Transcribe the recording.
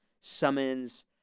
summons